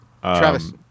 Travis